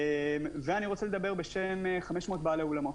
ואני רוצה לדבר בשם 500 בעלי אולמות.